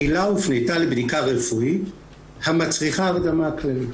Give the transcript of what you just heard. הילה הופנתה לבדיקה רפואית המצריכה הרדמה כללית.